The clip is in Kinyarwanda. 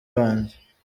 wanjye